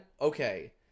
Okay